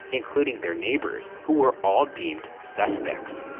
including their neighbors, who were all deemed suspects.